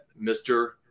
mr